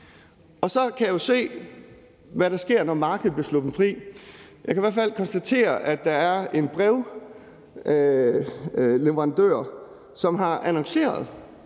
Så kan jeg jo se, hvad der sker, når markedet bliver sluppet fri. Jeg kan i hvert fald konstatere, at der er en brevleverandør, som har annonceret,